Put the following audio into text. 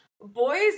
boys